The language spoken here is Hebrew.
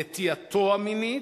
נטייתו המינית,